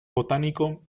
botánico